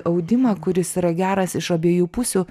audimą kuris yra geras iš abiejų pusių